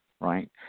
right